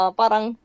parang